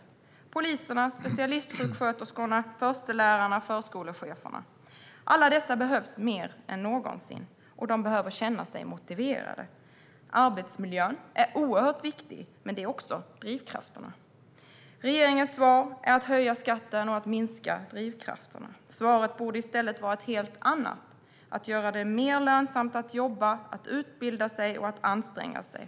Det är poliserna, specialistsjuksköterskorna, förstelärarna och förskolecheferna. Alla dessa behövs mer än någonsin, och de behöver känna sig motiverade. Arbetsmiljön är oerhört viktig, men det är också drivkrafterna. Regeringens svar är att höja skatten och att minska drivkrafterna. Svaret borde i stället vara ett helt annat: att göra det mer lönsamt att jobba, att utbilda sig och att anstränga sig.